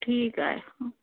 ठीकु आहे